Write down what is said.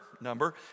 number